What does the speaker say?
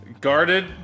guarded